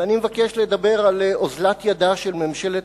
ואני מבקש לדבר על אוזלת ידה של ממשלת